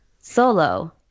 Solo